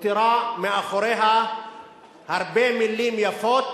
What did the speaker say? מותירה מאחוריה הרבה מלים יפות,